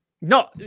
No